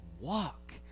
walk